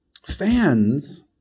Fans